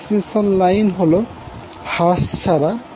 transmission line হল হ্রাস ছাড়া